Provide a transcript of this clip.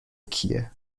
کیه